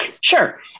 Sure